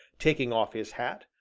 taking off his hat,